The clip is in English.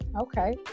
Okay